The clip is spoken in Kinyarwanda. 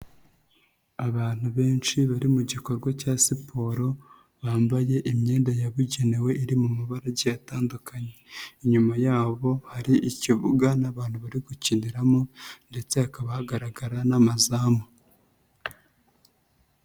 Abantu benshi bari mu gikorwa cya siporo bambaye imyenda yabugenewe iri mu mabara agiye atandukanye, inyuma yabo hari ikibuga n'abantu bari gukiniramo ndetse hakaba hagaragara n'amazamu.